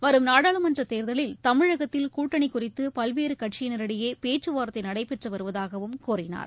வரும் நாடாளுமன்றத் தேர்தலில் தமிழகத்தில் கூட்டணி குறித்து பல்வேறு கட்சியினரிடையே பேச்சுவார்த்தை நடைபெற்று வருவதாக கூறினார்